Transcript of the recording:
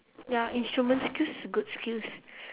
ya instrument skills good skills